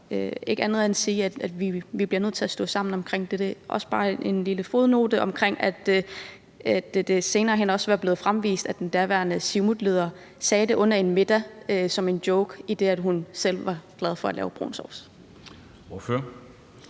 ikke andet end sige, at vi bliver nødt til at stå sammen om det. Og så har jeg også en lille fodnote om, at det senere hen også er kommet frem, at den daværende siumutleder sagde det under en middag som en joke, idet hun selv var glad for at lave brun sovs.